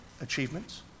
achievements